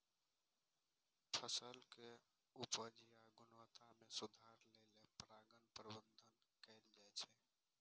फसलक उपज या गुणवत्ता मे सुधार लेल परागण प्रबंधन कैल जाइ छै